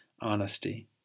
Honesty